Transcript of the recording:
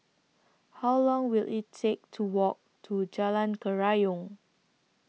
How Long Will IT Take to Walk to Jalan Kerayong